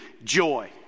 Joy